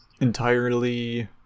entirely